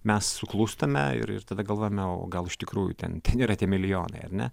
mes suklūstame ir ir tada galvojame o gal iš tikrųjų ten yra tie milijonai ar ne